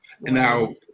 now